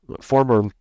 former